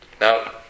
Now